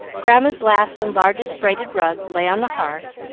grandma's last and largest braided rug lay on the hearth,